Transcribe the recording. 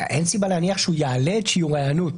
אין סיבה להניח שהוא יעלה את שיעור ההיענות.